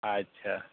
ᱟᱪᱪᱷᱟ